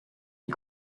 est